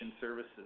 services